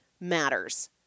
matters